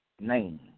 name